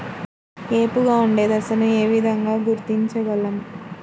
ఏపుగా ఉండే దశను ఏ విధంగా గుర్తించగలం?